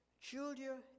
Julia